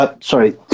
sorry